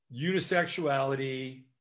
unisexuality